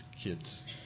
kids